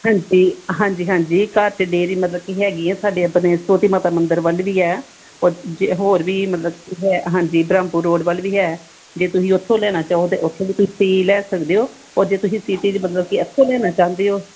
ਹਾਂਜੀ ਹਾਂਜੀ ਹਾਂਜੀ ਘਰ 'ਚ ਡੇਅਰੀ ਮਤਲਬ ਕਿ ਹੈਗੀ ਆ ਸਾਡੀ ਆਪਣੇ ਛੋਟੀ ਮਾਤਾ ਮੰਦਰ ਵੱਲ ਵੀ ਹੈ ਹੋਰ ਵੀ ਮਤਲਬ ਹੈ ਹਾਂਜੀ ਬ੍ਰਹਮਪੁਰ ਰੋਡ ਵੱਲ ਵੀ ਹੈ ਜੇ ਤੁਸੀਂ ਉੱਥੋਂ ਲੈਣਾ ਚਾਹੋ ਤਾਂ ਉੱਥੋਂ ਵੀ ਤੁਸੀਂ ਲੈ ਸਕਦੇ ਹੋ ਉਹ ਜੇ ਤੁਸੀਂ ਸੀਟੀ 'ਚ ਮਤਲਬ ਕਿ ਇੱਥੋਂ ਲੈਣਾ ਚਾਹੁੰਦੇ ਹੋ